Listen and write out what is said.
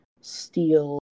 steel